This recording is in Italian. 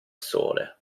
sole